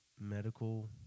medical